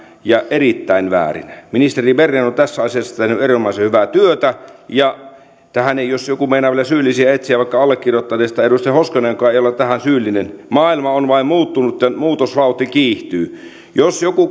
ja erittäin väärinä ministeri berner on tässä asiassa tehnyt erinomaisen hyvää työtä ja tähän jos joku meinaa vielä syyllisiä etsiä vaikka allekirjoittaneesta edustaja hoskonen joka ei ole tähän syyllinen niin maailma on vain muuttunut ja muutosvauhti kiihtyy jos joku